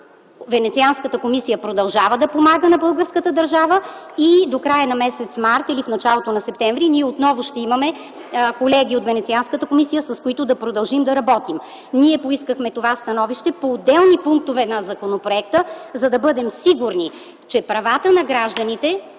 Венецианската комисия продължава да помага на българската държава и до края на м. март или в началото на септември ние отново ще имаме колеги от Венецианската комисия, с които ще продължим да работим. Ние поискахме това становище по отделни пунктове на законопроекта, за да бъдем сигурни, че правата на гражданите